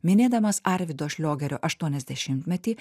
minėdamas arvydo šliogerio aštuoniasdešimtmetį